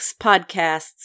podcasts